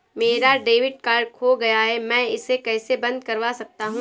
मेरा debit card खो गया है मैं इसे कैसे बंद करवा सकता हूँ?